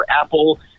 apple